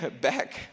back